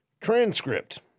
transcript